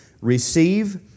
receive